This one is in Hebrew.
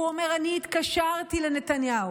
והוא אומר: אני התקשרתי לנתניהו,